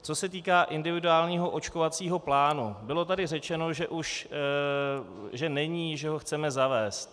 Co se týká individuálního očkovacího plánu, bylo tady řečeno, že není, že ho chceme zavést.